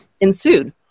ensued